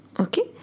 okay